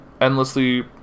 Endlessly